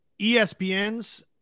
ESPN's